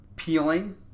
Peeling